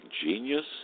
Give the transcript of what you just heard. genius